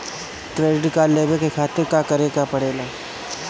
Credit card लेवे के खातिर का करेके पड़ेला?